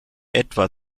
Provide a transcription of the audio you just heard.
etwa